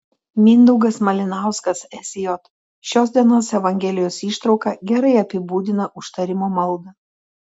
mindaugas malinauskas sj šios dienos evangelijos ištrauka gerai apibūdina užtarimo maldą